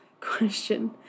question